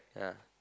yeah